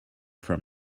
from